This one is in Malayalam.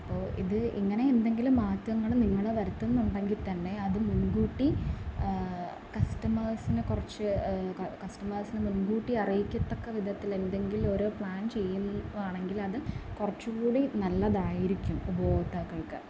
അപ്പോള് ഇത് ഇങ്ങനെ എന്തെങ്കിലും മാറ്റങ്ങള് നിങ്ങള് വരുത്തുന്നുണ്ടെങ്കില്ത്തന്നെ അതു മുൻകൂട്ടി കസ്റ്റമേഴ്സിനെ കുറച്ച് കസ്റ്റമേഴ്സിനെ മുൻകൂട്ടി അറിയിക്കത്തക്ക വിധത്തിൽ എന്തെങ്കിലുമൊരു പ്ലാ ൻ ചെയ്യുവാണെങ്കിലത് കുറച്ചുകൂടി നല്ലതായിരിക്കും ഉപഭോക്താക്കൾക്ക്